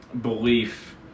belief